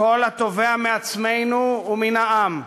קול התובע מעצמנו ומן העם,